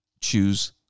choose